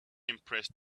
impressed